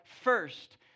first